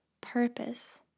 purpose